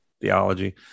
theology